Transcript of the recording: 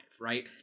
right